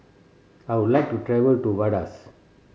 I would like to travel to Vaduz